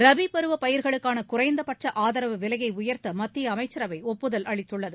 ரபிபருவபயிர்களுக்கானகுறைந்தபட்சஆதரவு விலையைஉயர்த்தமத்தியஅமைச்சரவைஒப்புதல் அளித்துள்ளது